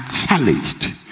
challenged